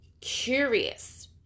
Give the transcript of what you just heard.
curious